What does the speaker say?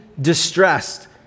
distressed